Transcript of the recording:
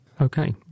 Okay